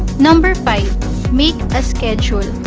number five make a schedule